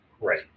Right